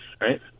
right